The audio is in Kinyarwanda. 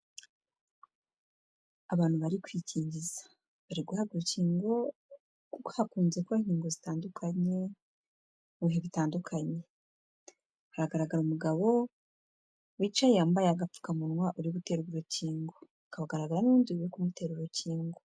Abantu bari kwikingiza, bari guhabwa urukingo, hakunze kubaho inkingo zitandukanye, mu bihe bitandukanye, haragaragara umugabo wicaye yambaye agapfukamunwa uri uterwa urukingo, hakagaragara n'undi uri kumutera urukingo.